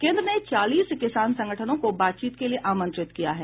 केन्द्र ने चालीस किसान संगठनों को बातचीत के लिए आमंत्रित किया है